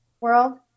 world